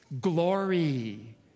glory